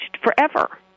forever